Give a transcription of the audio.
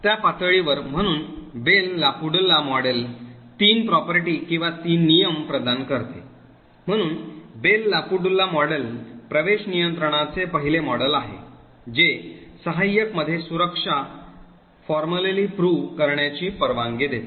त्या पातळीवर म्हणून बेल लापॅडुला मॉडेल तीन property किंवा तीन नियम प्रदान करते म्हणून बेल लापॅडुला मॉडेल प्रवेश नियंत्रणाचे पहिले मॉडेल आहे जे सहाय्यक मध्ये सुरक्षा औपचारिकपणे सिद्ध करण्याची परवानगी देते